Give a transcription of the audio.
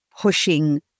pushing